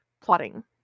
plotting